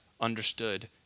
understood